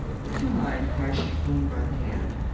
would you mind my shaking you by the hand?